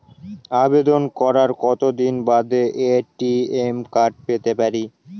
আবেদন করার কতদিন বাদে এ.টি.এম কার্ড পেতে পারি?